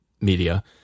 media